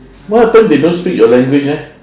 what happen they don't speak your language eh